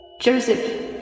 Joseph